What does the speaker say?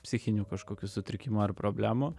psichinių kažkokių sutrikimų ar problemų